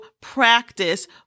practice